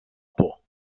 por